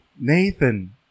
Nathan